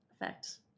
effect